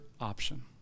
option